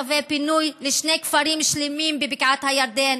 צווי פינוי לשני כפרים שלמים בבקעת הירדן,